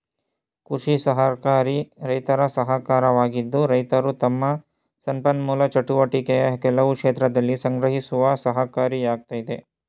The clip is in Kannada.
ಕೃಷಿ ಸಹಕಾರಿ ರೈತರ ಸಹಕಾರವಾಗಿದ್ದು ರೈತರು ತಮ್ಮ ಸಂಪನ್ಮೂಲ ಚಟುವಟಿಕೆಯ ಕೆಲವು ಕ್ಷೇತ್ರದಲ್ಲಿ ಸಂಗ್ರಹಿಸುವ ಸಹಕಾರಿಯಾಗಯ್ತೆ